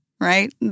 right